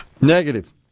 Negative